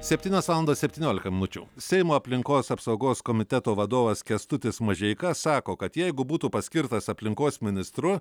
septynios valandos septyniolika minučių seimo aplinkos apsaugos komiteto vadovas kęstutis mažeika sako kad jeigu būtų paskirtas aplinkos ministru